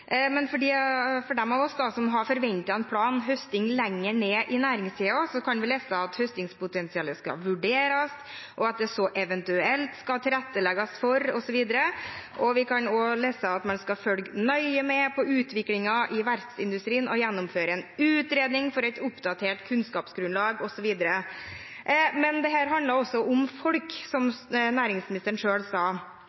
men de av oss som har forventet en plan om høsting lenger ned i næringskjeden, kan lese at høstingspotensialet skal vurderes, at det eventuelt skal tilrettelegges for osv., og vi kan også lese at man skal følge nøye med på utviklingen i verftsindustrien, gjennomføre en utredning for et oppdatert kunnskapsgrunnlag osv. Men dette handler også om folk, som